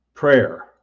prayer